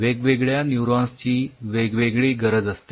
वेगवेगळ्या न्यूरॉन्स ची वेगवेगळी गरज असते